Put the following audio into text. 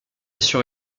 sur